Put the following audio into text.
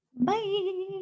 bye